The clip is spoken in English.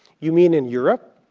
you mean in europe?